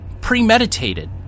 premeditated